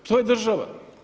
To je država.